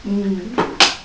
mm